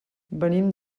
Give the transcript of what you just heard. venim